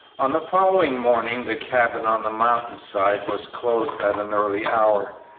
on the following morning the cabin on the mountain side was closed at an early hour,